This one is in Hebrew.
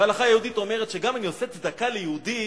וההלכה היהודית אומרת שגם אם אני עושה צדקה ליהודי,